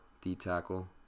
D-tackle